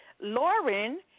Lauren